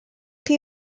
chi